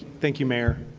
thank you, mayor,